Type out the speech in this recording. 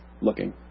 Looking